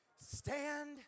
Stand